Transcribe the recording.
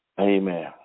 amen